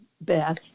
Beth